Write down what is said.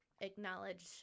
acknowledge